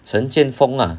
陈键锋 lah